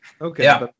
Okay